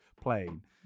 plane